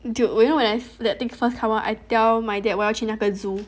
dude you know when that thing first come out I tell my dad 我要去那个 zoo